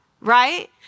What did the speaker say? right